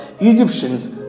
Egyptians